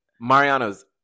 Mariano's